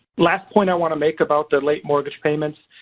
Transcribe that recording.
last point i want to make about the late mortgage payments.